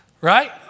right